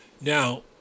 Now